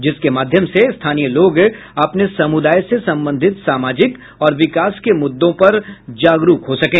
जिसके माध्यम से स्थानीय लोग अपने समुदाय से संबंधित सामाजिक और विकास के मुद्दों पर जागरूक हो सकें